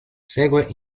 segue